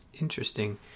interesting